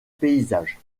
paysage